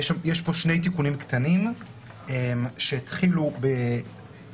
יש פה שני תיקונים קטנים שהתחילו מלקחים